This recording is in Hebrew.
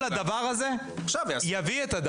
עכשיו יעשו את זה.